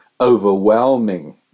overwhelming